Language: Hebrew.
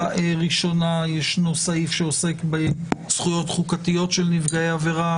ראשונה ישנו סעיף שעוסק בזכויות חוקתיות של נפגעי עבירה.